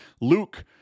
Luke